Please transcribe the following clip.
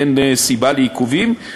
אין סיבה לעיכובים,